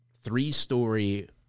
three-story